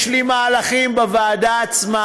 יש לי מהלכים בוועדה עצמה.